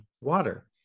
water